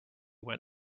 went